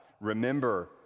Remember